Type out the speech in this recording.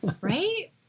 Right